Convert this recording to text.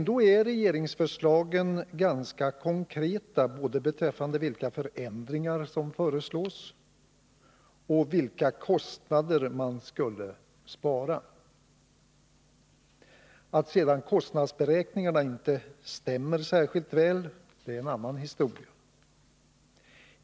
Ändå är regeringsförslagen ganska konkreta både i fråga om de förändringar som föreslås och i fråga om vilka belopp man skulle kunna spara — att sedan kostnadsberäkningarna inte stämmer särskilt väl är en annan historia.